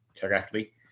correctly